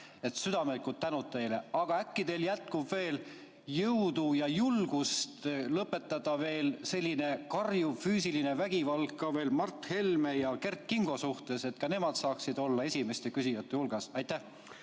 Südamlik tänu teile! Aga äkki teil jätkub veel jõudu ja julgust lõpetada selline karjuv füüsiline vägivald ka Mart Helme ja Kert Kingo suhtes, et ka nemad saaksid olla esimeste küsijate hulgas? Ma